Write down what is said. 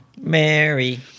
Mary